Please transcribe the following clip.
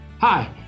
Hi